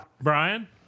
Brian